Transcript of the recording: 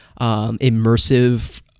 immersive